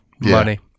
money